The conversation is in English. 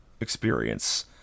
experience